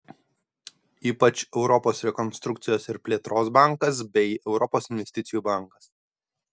ypač europos rekonstrukcijos ir plėtros bankas bei europos investicijų bankas